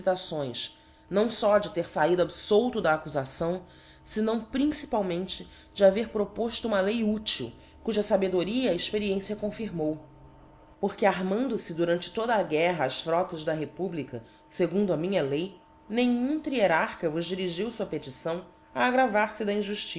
tacões não fó de ter faido abtbito da accuiacão fenáo principalmente de haver propoilo uma lei util cuia labedoría a experiência confirmou porque annando fe durante toda a guerra as frotas da republica fegundo a minha lei nenhum tríerarcha vos dirigiu aia petição a aggravar fe da